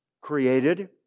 created